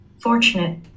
fortunate